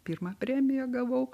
pirmą premiją gavau